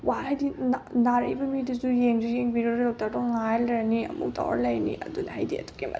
ꯍꯥꯏꯗꯤ ꯅꯥꯔꯛꯏꯕ ꯃꯤꯗꯨꯁꯨ ꯌꯦꯡꯁꯨ ꯌꯦꯡꯕꯤꯔꯔꯣꯏ ꯗꯣꯛꯇꯔꯗꯣ ꯉꯥꯏꯔꯒ ꯂꯩꯔꯅꯤ ꯑꯃꯨꯛ ꯇꯧꯔ ꯂꯩꯔꯅꯤ ꯑꯗꯨꯅ ꯍꯥꯏꯗꯤ ꯑꯗꯨꯛꯀꯤ ꯃꯇꯤꯛ